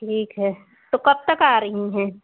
ठीक है तो कब तक आ रही हैं